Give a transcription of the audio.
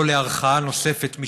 לא לערכאה נוספת,